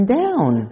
down